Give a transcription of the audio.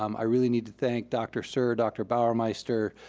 um i really need to thank dr. suhr, dr. bauermeister,